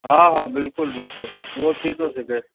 हा हा बिल्कुलु बिल्कुलु उहो थी थो सघे